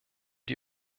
die